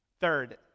Third